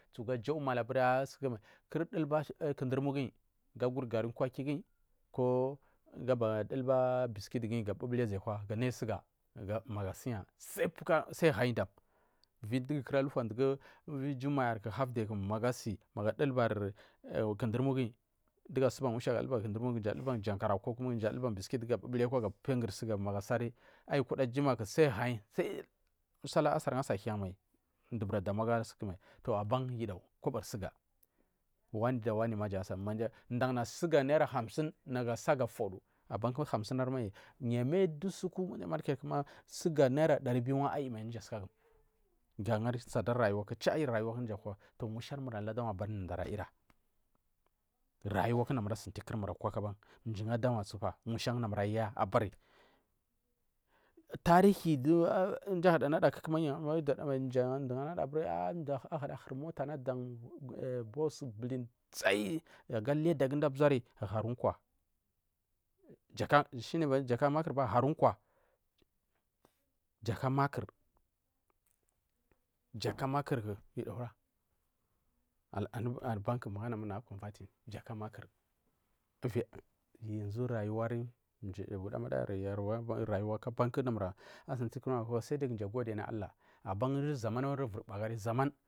Tsugu abra jau mala abra kul dulba kidurumu gre ga guri gari kwaki ko guyu gaba dulba biscuit guyi ga piya azikwa ga nayi sugar magu asiua sai hayi dam vivi duguu akura lufa dugu jumma halt day magu achilbari kudunumu giyi dugu asuba musha ga dulba kidommu guyi ko biscuit dugu bubulkwa ayukida jumma ku sai hayi sa sallah la asar jan asa hlan maim du bura damu agasukumai yudagu kobori sugar odom da wani ma jan asa’a sugar dana supar naira hamsin napy asa’a ga fodu ama abaku sugar nang hamsina ayimai yu amai adu monday market ma sugar narra dari biyuma aiyimai ga tsada rayuwa mushar mur aluchiwa abar duda ara muoka rayuwa chimur akuaku aban mjigu adawanpa mushan dumur ayafa tahni du madu ahura nada mdu ahuda huri mota anu adan bulin tsai aga lidaguda arbzani kwa jaka makurba haru kwa jaka makur jaka makur ku yu dom ana abanku managu a convating wo rayuwari wor wodamada yar kuabankysaidai kumur agodi anu allah aban du zaman lvir bu agari zaman.